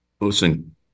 listen